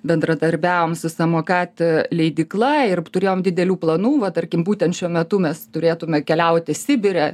bendradarbiavom su samokat leidykla ir turėjom didelių planų va tarkim būtent šiuo metu mes turėtume keliauti sibire